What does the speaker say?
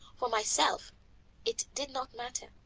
for myself it did not matter.